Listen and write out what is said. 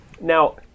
now